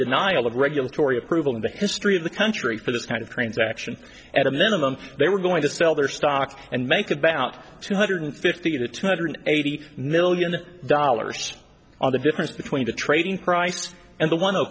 denial of regulatory approval in the history of the country for this kind of transaction at a minimum they were going to sell their stocks and make about two hundred fifty to two hundred eighty million dollars on the difference between the trading price and the one